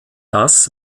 das